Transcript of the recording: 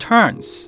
Turns